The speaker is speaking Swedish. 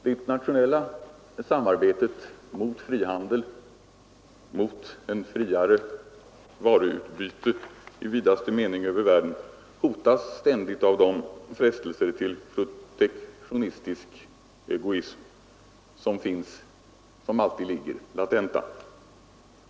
Det internationella samarbetet mot frihandel, mot ett friare varuutbyte i vidaste mening över världen hotas ständigt av de frestelser till protektionistisk egoism som alltid ligger latenta.